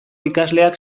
ikasleak